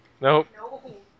Nope